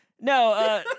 No